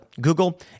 Google